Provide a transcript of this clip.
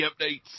updates